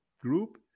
group